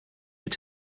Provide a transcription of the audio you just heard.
your